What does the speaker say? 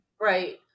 Right